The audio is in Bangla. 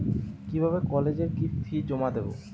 কিভাবে কলেজের ফি জমা দেবো?